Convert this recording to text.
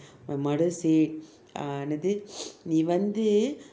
my mother said ah எனது நீ வந்து:ennathu nee vanthu